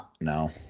no